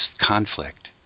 conflict